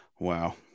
Wow